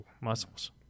muscles